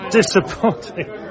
disappointing